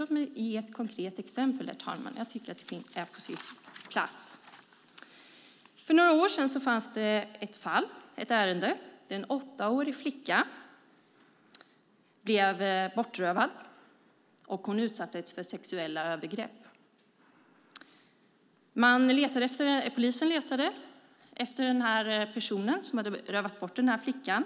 Låt mig ge ett konkret exempel, herr talman. Jag tycker att det är på sin plats. För några år sedan fanns ett ärende där en åttaårig flicka blev bortrövad. Hon utsattes för sexuella övergrepp. Polisen letade efter den person som hade rövat bort flickan.